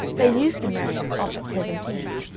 they used to marry us off at seventeen,